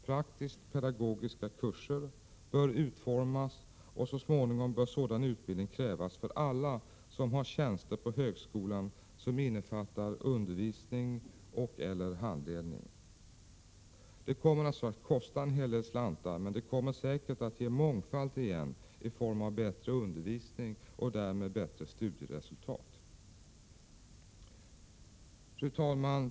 Praktisk-pedagogiska kurser bör utformas, och så småningom bör sådan utbildning krävas för alla som har tjänster på högskolan som innefattar undervisning och/eller handledning. Det kommer naturligtvis att kosta en del slantar, men det kommer säkert att ge mångfalt igen i form av bättre undervisning och bättre studieresultat. Fru talman!